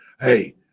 Hey